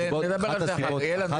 נדבר על זה אחר כך.